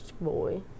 boy